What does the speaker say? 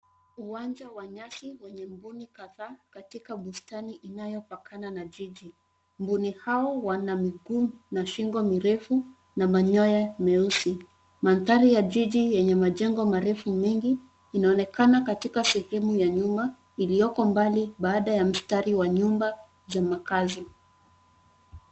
Uwanja wa nyasi wenye mbuni kadhaa katika bustani inayopakana na jiji. Mbuni hao wana miguu na shingo mirefu na manyoya meusi. Mandhari ya jiji yenye majengo marefu mengi inaonekana katika sehemu ya nyuma iliyoko mbali baada ya mstari wa nyumba za makaazi.